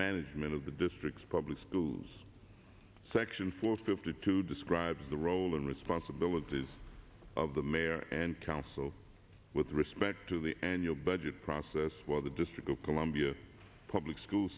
management of the district's public schools section forty fifty two describes the role and responsibility of the mayor and council with respect to the annual budget process where the district of columbia public school